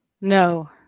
No